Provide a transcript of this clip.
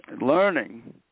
learning